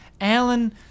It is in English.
Alan